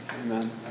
Amen